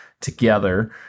together